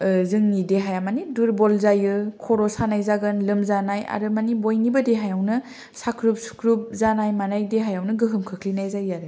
जोंनि देहाया मानि दुरबल जायो खर' सानाय जायो लोमजानाय आरो बयनिबो देहायावनो साख्रुब सुख्रुब जानाय मानाय देहायावनो गोहोम खोख्लैनाय जायो आरो